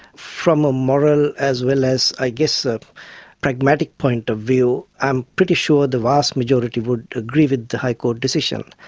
from a moral as well as i guess a pragmatic point of view, i'm pretty sure the vast majority would agree with the high court decision.